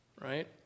Right